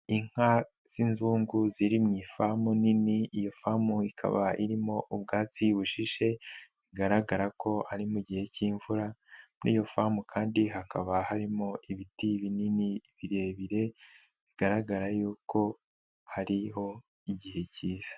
Inka z'inzungu ziri mu ifamu nini iyi famu ikaba irimo ubwatsi bushishe, bigaragara ko ari mu gihe k'imvura muri'iyo famu kandi hakaba harimo ibiti binini birebire bigaragara yuko hariho igihe kiza.